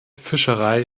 fischerei